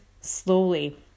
slowly